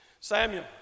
Samuel